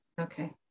okay